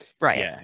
right